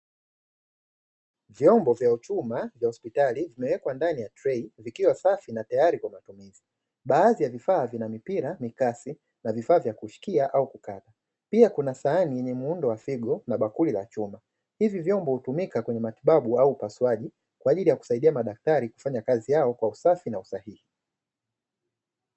Vyombo vya chuma vya hospitali vimewekwa ndani ya ya trei vikiwa safi na tayari kwa matumizi baadhi ya vifaa vina mpira, mikasi na vifaa vya kushikia au kukata pia kuna sahani yenye muundo wa figo na bakuli la chuma. Hivi vyombo hutumika kwenye matibabu au upasuaji kwa ajili ya kusaidia madaktari kufanya kazi yao kwa usafi na usahihi.